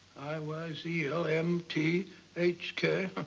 i y z o m t h k.